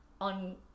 on